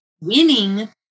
Winning